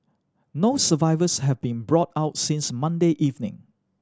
no survivors have been brought out since Monday evening